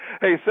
Hey